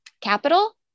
capital